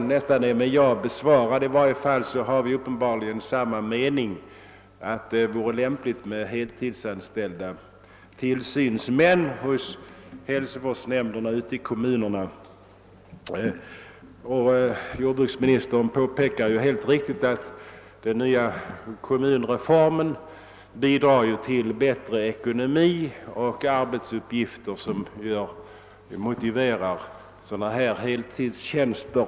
Herr talman! Jag ber att få tacka jordbruksministern för svaret på min interpellation. Jag ber om ursäkt för att jag är något förkyld och kraxar som en korp, men det accentuerar kanske ämnets egenskap av djurskyddsfråga. Man skulle nästan kunna säga att min fråga är med ja besvarad. I varje fall har tydligen jordbruksministern och jag samma mening om att det vore lämpligt med heltidsanställda tillsynsmän hos jordbruksnämnderna ute i kommu. nerna. Jordbruksministern påpekar helt riktigt att den nya kommunreformen kommer att bidra till bättre ekonomi och arbetsuppgifter som motiverar sådana här heltidstjänster.